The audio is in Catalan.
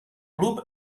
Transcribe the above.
club